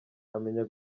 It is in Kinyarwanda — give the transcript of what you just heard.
amenya